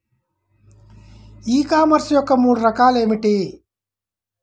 ఈ కామర్స్ యొక్క మూడు రకాలు ఏమిటి?